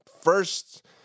first